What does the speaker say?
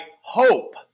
hope